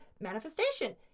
manifestation